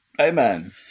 Amen